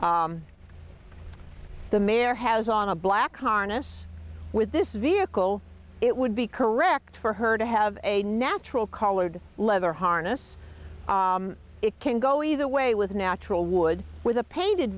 the mayor has on a black harness with this vehicle it would be correct for her to have a natural colored leather harness it can go either way with natural wood with a painted